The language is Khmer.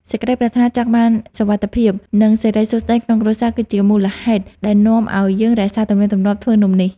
សេចក្ដីប្រាថ្នាចង់បានសុវត្ថិភាព និង សិរីសួស្ដីក្នុងគ្រួសារគឺជាមូលហេតុដែលនាំឱ្យយើងរក្សាទំនៀមទម្លាប់ធ្វើនំនេះ។